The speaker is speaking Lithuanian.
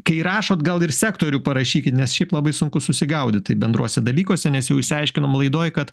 kai rašote gal ir sektorių parašykit nes šiaip labai sunku susigaudyt bendruose dalykuose nes jau išsiaiškinom laidoj kad